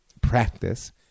practice